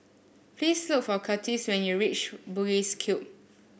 please look for Curtis when you reach Bugis Cube